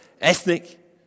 ethnic